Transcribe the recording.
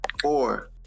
four